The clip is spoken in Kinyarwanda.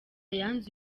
yanze